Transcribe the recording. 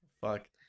fuck